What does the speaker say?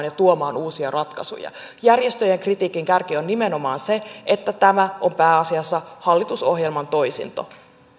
ja tuomaan uusia ratkaisuja järjestöjen kritiikin kärki on nimenomaan se että tämä on pääasiassa hallitusohjelman toisinto